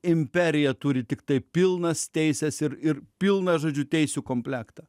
imperija turi tiktai pilnas teises ir ir pilną žodžiu teisių komplektą